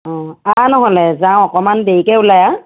অ আহ ন'হলে যাওঁ অকণমান দেৰিকৈ ওলাই আহ